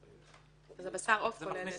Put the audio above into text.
הכול.